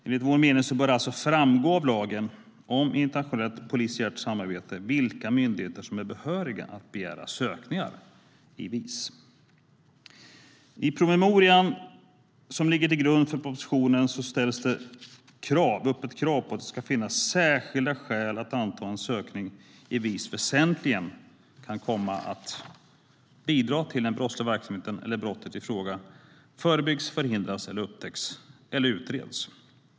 Enligt vår mening bör det alltså framgå av lagen om internationellt polisiärt samarbete vilka myndigheter som är behöriga att begära sökningar i VIS. I promemorian som ligger till grund för propositionen ställs krav på att det ska finnas särskilda skäl att anta att en sökning i VIS väsentligen kan komma att bidra till att den brottsliga verksamheten eller brottet ifråga förebyggs, förhindras, upptäcks eller utreds.